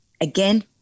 again